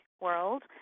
world